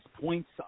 points